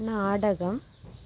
നാടകം